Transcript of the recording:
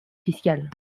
fiscale